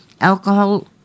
alcohol